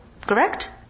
Correct